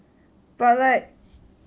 but like